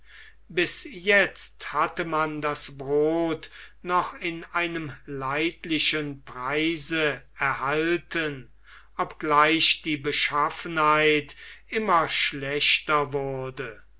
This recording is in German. bis jetzt hatte man das brod noch in einem leidlichen preise erhalten obgleich die beschaffenheit immer schlechter wurde